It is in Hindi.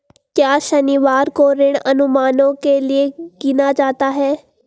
क्या शनिवार को ऋण अनुमानों के लिए गिना जाता है?